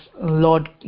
Lord